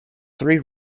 three